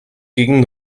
gegen